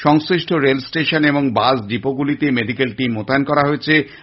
সংশ্লিষ্ট রেলস্টেশন এবং bus depot গুলিতে মেডিকেল টিম মোতায়েন করা হয়েছে